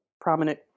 prominent